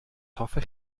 hoffech